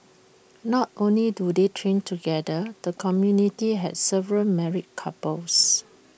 not only do they train together the community has several married couples